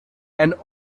and